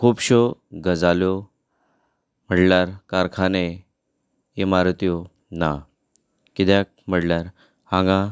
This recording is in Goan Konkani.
हांगा खुबशो गजाल्यो म्हणल्यार कारखाने इमारत्यो ना कित्याक म्हणल्यार हांगा